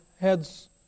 heads